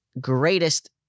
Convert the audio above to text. greatest